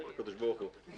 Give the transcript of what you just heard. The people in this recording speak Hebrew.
לקדוש ברוך הוא.